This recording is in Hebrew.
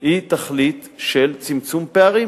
היא תכלית של צמצום פערים,